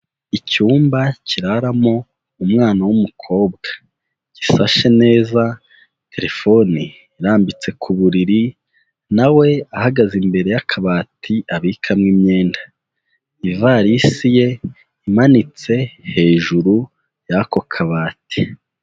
Icyumba kiraramo umwana w'umukobwa, gisashe neza telefone irambitse ku buriri nawe ahagaze imbere y'akabati abikamo imyenda, ivarisi ye imanitse hejuru y'ako kabati.